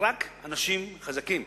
רק אנשים חזקים.